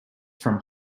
from